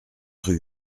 rue